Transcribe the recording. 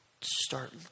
start